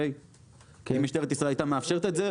אם משטרת ישראל הייתה מאפשרת את זה,